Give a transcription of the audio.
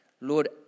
Lord